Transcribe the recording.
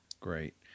Great